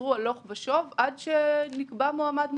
חזרו הלוך ושוב עד שנקבע מועמד מוסכם.